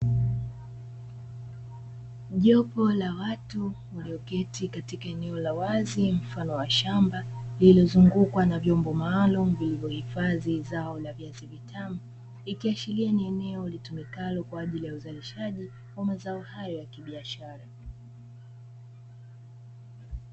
Jopo la watu walioketi katika eneo la wazi mfano wa shamba lililozungukwa na vyombo maalumu vilivyohifadhi zao la viazi vitamu, ikiashiria ni eneo litumikalo kwa ajili ya uzalishaji wa mazao hayo ya kibiashara.